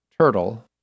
turtle